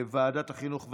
לוועדת החינוך,